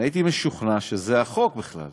אני הייתי משוכנע שזה החוק בכלל.